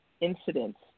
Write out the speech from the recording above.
incidents